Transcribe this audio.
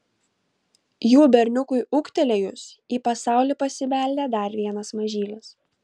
jų berniukui ūgtelėjus į pasaulį pasibeldė dar vienas mažylis